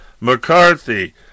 McCarthy